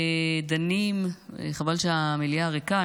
חבל שהמליאה ריקה,